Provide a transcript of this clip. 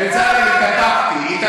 מי תקף?